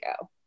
go